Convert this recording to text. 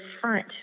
front